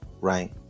right